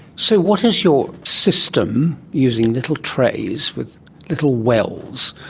so what is your system, using little trays with little wells,